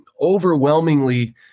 overwhelmingly